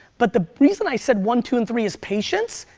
but the reason i said one, two and three is patience,